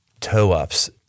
Toe-ups